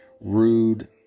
rude